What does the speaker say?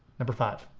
number five.